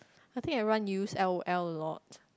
I think everyone use L_O_L a lot